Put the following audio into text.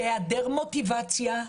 בהיעדר מוטיבציה,